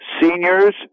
seniors